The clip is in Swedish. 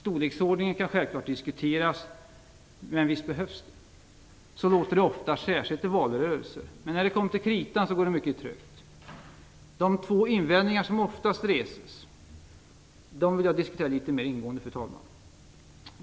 Storleksordningen kan självklart diskuteras, men visst behövs det en skatteväxling.